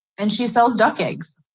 and she sells duck eggs,